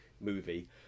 movie